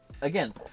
again